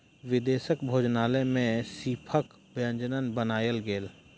विदेशक भोजनालय में सीपक व्यंजन बनायल गेल